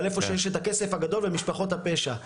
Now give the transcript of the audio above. על איפה שיש את הכסף הגדול ומשפחות הפשע.